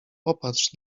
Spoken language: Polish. popatrz